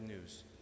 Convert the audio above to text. news